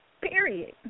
period